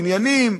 עניינים,